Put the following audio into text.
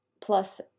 plus